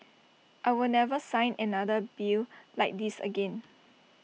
I will never sign another bill like this again